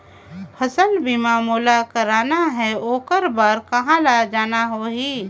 फसल बीमा मोला करना हे ओकर बार कहा जाना होही?